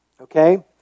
okay